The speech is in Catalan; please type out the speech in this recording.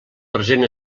present